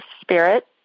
spirit